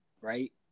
right